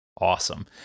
awesome